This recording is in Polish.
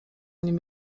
nim